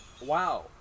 Wow